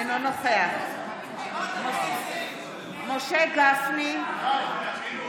אינו נוכח משה גפני, גנץ, הינה, הוא פה,